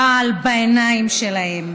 רעל בעיניים שלהם.